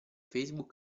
facebook